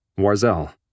Warzel